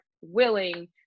willing